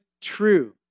true